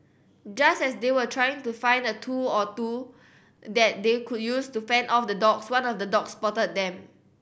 just as they were trying to find a tool or two that they could use to fend off the dogs one of the dogs spotted them